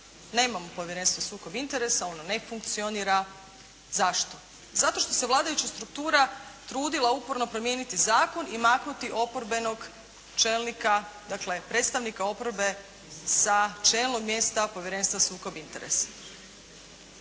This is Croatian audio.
nemamo Povjerenstvo sukob interesa, ono ne funkcionira. Zašto? Zato što se vladajuća struktura trudila uporno promijeniti zakon i maknuti oporbenog čelnika, dakle predstavnika oporbe sa čelnog mjesta Povjerenstva sukob interesa.